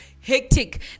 hectic